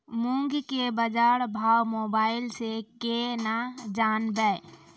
मूंग के बाजार भाव मोबाइल से के ना जान ब?